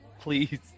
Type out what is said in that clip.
please